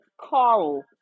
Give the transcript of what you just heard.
Carl